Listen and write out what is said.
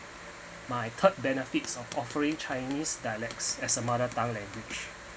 my third benefits of offering chinese dialects as a mother tongue language